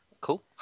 Cool